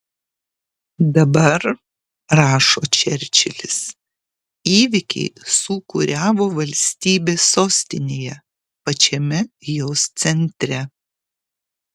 dabar rašo čerčilis įvykiai sūkuriavo valstybės sostinėje pačiame jos centre